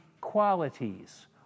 qualities